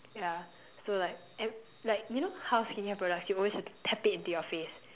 yeah so like ev~ like you know how skin care products you always have to tap it into your face